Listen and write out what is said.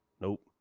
Nope